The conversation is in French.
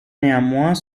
néanmoins